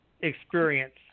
experience